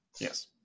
Yes